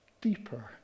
deeper